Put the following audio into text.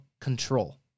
control